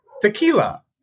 tequila